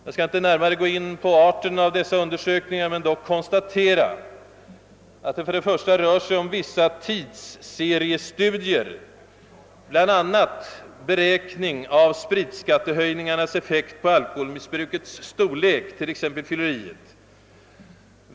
Jag skall inte närmare gå in på arten av dessa undersökningar men dock konstatera, att det bl.a. rör sig om vissa tidsseriestudier, såsom beräkning av spritskattehöjningarnas effekt på alkoholmissbrukets storlek, t.ex. på fylleriet.